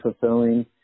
fulfilling